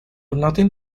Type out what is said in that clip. nothing